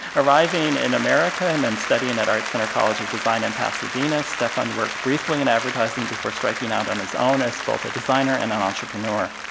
arriving in america and then studying at art center college of design in pasadena, stefan worked briefly in advertising before striking out on his own as both a designer and an entrepreneur.